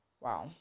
wow